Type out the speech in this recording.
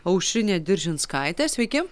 aušrinė diržinskaitė sveiki